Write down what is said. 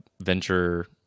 venture